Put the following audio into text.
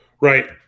Right